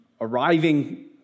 arriving